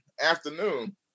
afternoon